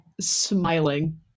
smiling